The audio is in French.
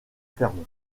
fermes